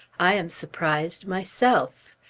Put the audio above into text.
i am surprised myself!